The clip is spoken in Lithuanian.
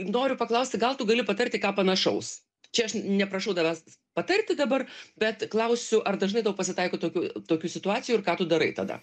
noriu paklausti gal tu gali patarti ką panašaus čia aš neprašau tavęs patarti dabar bet klausiu ar dažnai tau pasitaiko tokių tokių situacijų ir ką tu darai tada